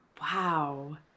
Wow